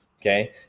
Okay